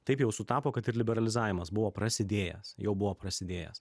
taip jau sutapo kad ir liberalizavimas buvo prasidėjęs jau buvo prasidėjęs